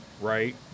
right